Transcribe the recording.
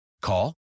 Call